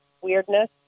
weirdness